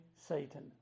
Satan